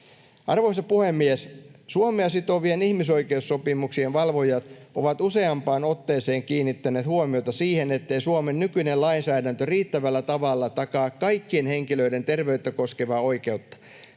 Arvoisa puhemies! Suomea sitovien ihmisoikeussopimusten valvojat ovat useampaan otteeseen kiinnittäneet huomiota siihen, ettei Suomen nykyinen lainsääntö riittävällä tavalla takaa kaikkien henkilöiden terveyttä koskevaa oikeutta.